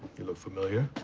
you look familiar.